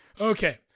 Okay